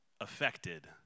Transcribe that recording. affected